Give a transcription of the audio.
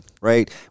Right